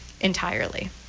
entirely